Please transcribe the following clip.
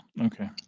Okay